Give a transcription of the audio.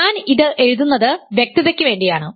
ഞാൻ ഇത് എഴുതുന്നത് വ്യക്തതക്ക് വേണ്ടിയാണ്